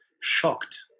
shocked